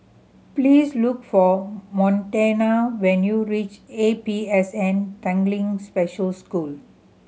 please look for Montana when you reach A P S N Tanglin Special School